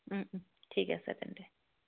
ঠিক আছে তেন্তে